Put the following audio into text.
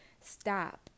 Stop